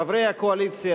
חברי הקואליציה,